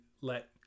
let